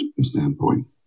standpoint